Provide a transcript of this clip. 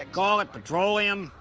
call it petroleum,